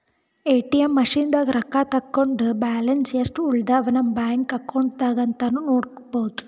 ATM ಮಷಿನ್ದಾಗ್ ರೊಕ್ಕ ತಕ್ಕೊಂಡ್ ಬ್ಯಾಲೆನ್ಸ್ ಯೆಸ್ಟ್ ಉಳದವ್ ನಮ್ ಬ್ಯಾಂಕ್ ಅಕೌಂಟ್ದಾಗ್ ಅಂತಾನೂ ನೋಡ್ಬಹುದ್